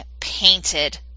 painted